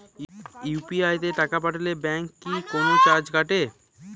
UPI তে টাকা পাঠালে ব্যাংক কি কোনো চার্জ কাটে?